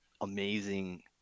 amazing